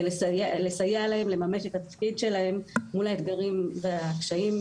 לסייע להם לממש את התפקיד שלהם מול האתגרים והקשיים,